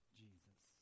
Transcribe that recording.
jesus